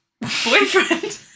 Boyfriend